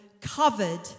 covered